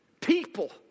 people